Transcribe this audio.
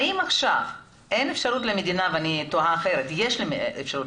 האם עכשיו אין אפשרות למדינה ואני תוהה אחרת יש אפשרות